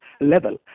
level